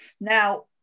now